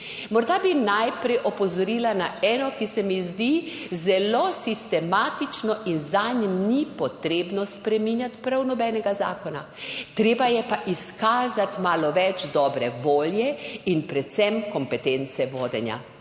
Morda bi najprej opozorila na eno, ki se mi zdi zelo sistematično in zanj ni potrebno spreminjati prav nobenega zakona. Treba je pa izkazati malo več dobre volje in predvsem kompetence vodenja.